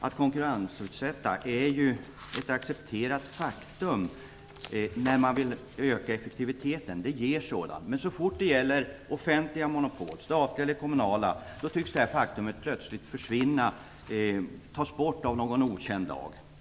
Det är ett accepterat faktum att avreglering och konkurrensutsättande ger ökad effektivitet. Men så fort det gäller offentliga monopol, statliga eller kommunala, tycks detta faktum plötsligt tas bort av någon okänd lag.